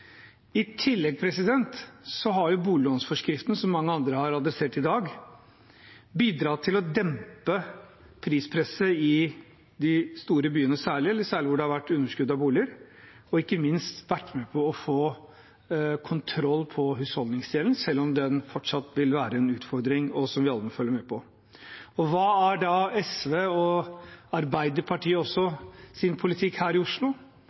I tillegg har boliglånsforskriften, som mange andre har adressert i dag, bidratt til å dempe prispresset i de store byene – særlig der det har vært underskudd av boliger – og ikke minst vært med på å få kontroll på husholdningsgjelden, selv om den fortsatt vil være en utfordring som vi alle må følge med på. Hva er da SV og Arbeiderpartiets politikk her i Oslo?